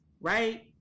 right